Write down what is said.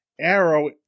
Arrow